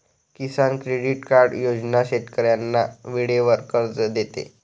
किसान credit card योजना शेतकऱ्यांना वेळेवर कर्ज देते